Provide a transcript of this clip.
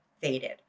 faded